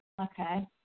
Okay